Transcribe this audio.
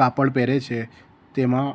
કાપડ પહેરે છે તેમાં